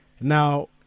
now